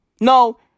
no